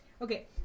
Okay